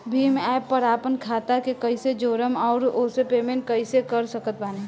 Bhim app पर आपन खाता के कईसे जोड़म आउर ओसे पेमेंट कईसे कर सकत बानी?